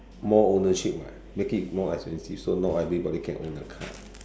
more ownership [what] make it more expensive so not everybody can own a car